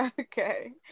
Okay